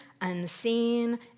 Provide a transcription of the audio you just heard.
unseen